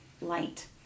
light